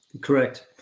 Correct